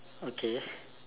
okay